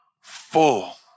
full